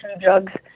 drugs